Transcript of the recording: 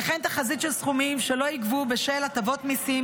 וכן תחזית של סכומים של יגבו בשל הטבות מיסים.